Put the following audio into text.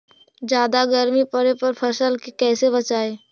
जादा गर्मी पड़े पर फसल के कैसे बचाई?